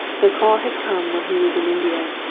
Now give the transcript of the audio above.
the call had come when he was in india.